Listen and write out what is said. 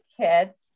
kids